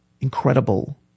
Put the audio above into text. incredible